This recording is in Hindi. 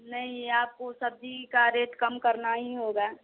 नहीं आप ऊ सब्ज़ी का रेट कम करना ही होगा